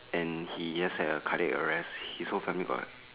and he just had a cardiac arrest his whole family got